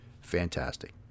fantastic